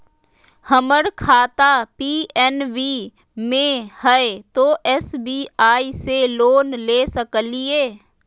हमर खाता पी.एन.बी मे हय, तो एस.बी.आई से लोन ले सकलिए?